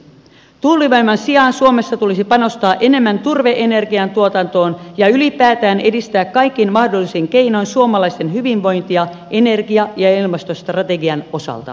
tuulivoiman sijaan suomessa tulisi panostaa enemmän turve energian tuotantoon ja ylipäätään edistää kaikin mahdollisin keinoin suomalaisten hyvinvointia energia ja ilmastostrategian osalta